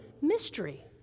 mystery